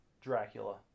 Dracula